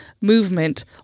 Movement